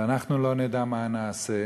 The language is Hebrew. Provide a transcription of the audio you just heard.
ואנחנו לא נדע מה נעשה.